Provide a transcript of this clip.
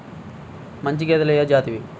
మంచి గేదెలు ఏ జాతివి?